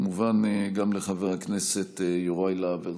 בבקשה, וכמובן גם לחבר הכנסת יוראי להב הרצנו,